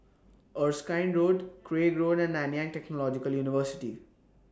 Erskine Road Craig Road and Nanyang Technological University